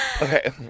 Okay